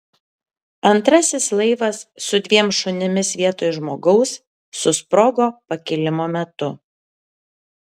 antrasis laivas su dviem šunimis vietoj žmogaus susprogo pakilimo metu